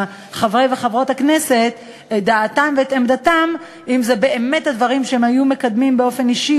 ואם הדבר הזה ייעשה,